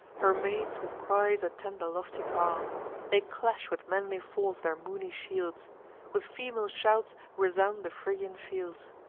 her maids with cries attend the lofty car they clash with manly force their moony shields with female shouts resound the phrygian fields.